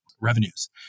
revenues